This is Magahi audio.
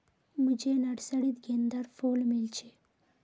मुझे नर्सरी त गेंदार फूल मिल छे